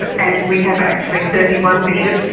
but and we have actually thirty one bishops,